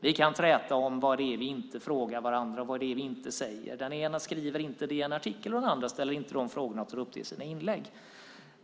Vi kan träta om vad det är som vi inte frågar varandra och om vad det är som vi inte säger. Den ena skriver inte en DN-artikel och den andra ställer inte vissa frågor eller tar upp dem i sina inlägg.